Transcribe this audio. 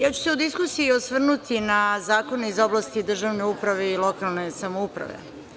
Ja ću se u diskusiji osvrnuti na zakone iz oblasti državne uprave i lokalne samouprave.